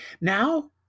now